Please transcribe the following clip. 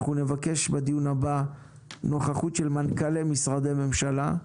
אנחנו נבקש לדיון הבא נוכחות של מנכ"לי משרדי ממשלה,